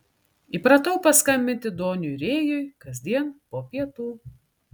įpratau paskambinti doniui rėjui kasdien po pietų